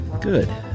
Good